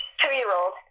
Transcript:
two-year-old